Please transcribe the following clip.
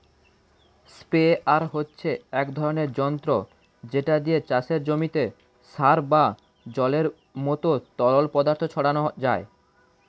sprayer হচ্ছে এক ধরনের যন্ত্র যেটা দিয়ে চাষের জমিতে সার বা জলের মতো তরল পদার্থ ছড়ানো যায়